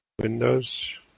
Windows